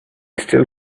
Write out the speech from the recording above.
still